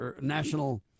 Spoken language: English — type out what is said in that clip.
national